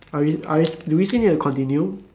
are we are we do we still need to continue